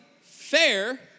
fair